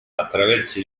attraverso